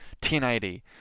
1080